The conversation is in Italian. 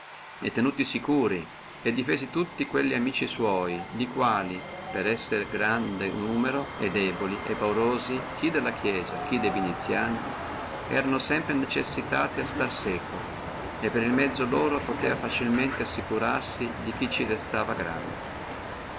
e tenuti securi e difesi tutti quelli e per essere gran numero e deboli e paurosi chi della chiesia chi de viniziani erano sempre necessitati a stare seco e per il mezzo loro poteva facilmente assicurarsi di chi ci restava grande